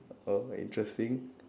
oh interesting